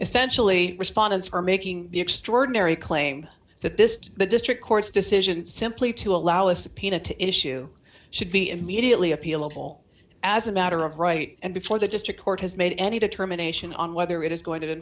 essentially respondents are making the extraordinary claim that this the district court's decision simply to allow a subpoena to issue should be immediately appeal of all as a matter of right and before the district court has made any determination on whether it is going to